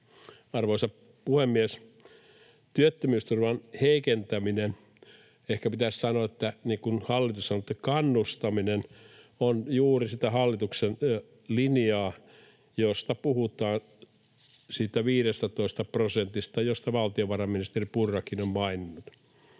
Arvoisa puhemies! Työttömyysturvan heikentäminen — ehkä pitäisi sanoa, niin kuin hallitus sanoo, että kannustaminen — on juuri sitä hallituksen linjaa, jossa puhutaan siitä 15 prosentista, josta valtiovarainministeri Purrakin on maininnut.